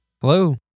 Hello